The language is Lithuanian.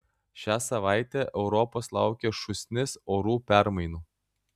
šią savaitę europos laukia šūsnis orų permainų